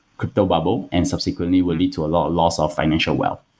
crypto bubble and subsequently will lead to a loss loss of financial wealth.